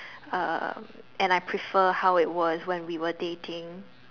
uh and I prefer how it was when we were dating